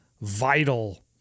vital